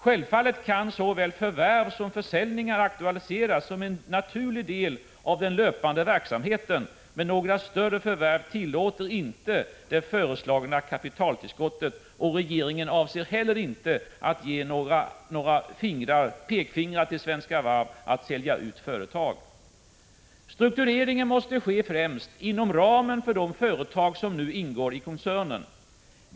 Självfallet kan såväl förvärv som försäljningar aktualiseras som en naturlig del av den löpande verksamheten, men några större förvärv tillåter inte det föreslagna kapitaltillskottet. Regeringen avser inte heller att ge några pekpinnar till Svenska Varv om att sälja ut företag. Struktureringen måste ske främst inom ramen för de företag som nu ingår i koncernen.